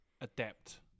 adapt